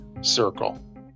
circle